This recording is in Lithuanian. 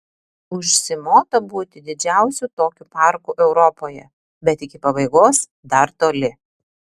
užsimota būti didžiausiu tokiu parku europoje bet iki pabaigos dar toli